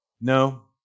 No